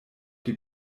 die